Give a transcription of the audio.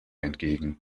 entgegen